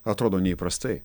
atrodo neįprastai